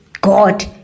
God